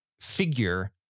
figure